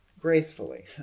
gracefully